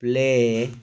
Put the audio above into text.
play